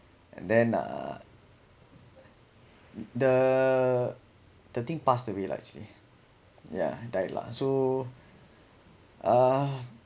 then uh the the thing passed away lah actually yeah died lah so uh